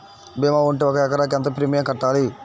భీమా ఉంటే ఒక ఎకరాకు ఎంత ప్రీమియం కట్టాలి?